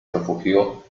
refugió